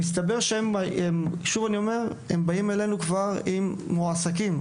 הם מגיעים אלינו כבר מועסקים,